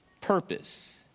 purpose